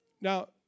now